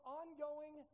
ongoing